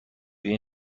این